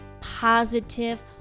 positive